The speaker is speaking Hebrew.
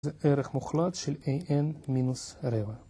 זה ערך מוחלט של an-r